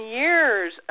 years